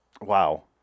wow